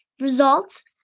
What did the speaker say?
results